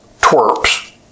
twerps